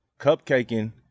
Cupcaking